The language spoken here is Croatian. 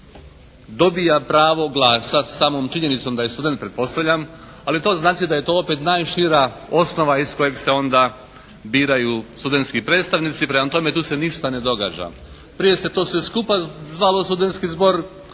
dobija pravo glasa, samom činjenicom da je student pretpostavljam, ali to znači da je to opet najšira osnova iz kojeg se onda biraju studentski predstavnici. Prema tome tu se ništa ne događa. Prije se to sve skupa zvalo studentski zbor,